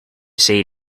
say